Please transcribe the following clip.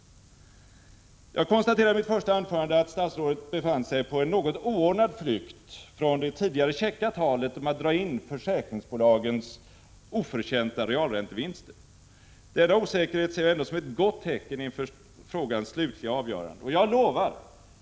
Jag konstaterade i mitt första anförande att statsrådet befann sig på en något oordnad flykt från det tidigare käcka talet om att dra in försäkringsbolagens oförtjänta realräntevinster. Denna osäkerhet ser jag ändå som ett gott tecken inför frågans slutliga avgörande.